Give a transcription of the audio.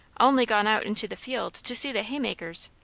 only gone out into the field to see the haymakers.